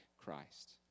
Christ